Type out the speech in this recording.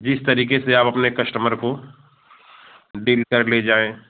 जिस तरीके से आप अपने कस्टमर को डील कर ले जाएँ